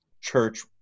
church